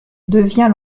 devient